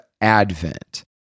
Advent